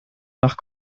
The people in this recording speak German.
nach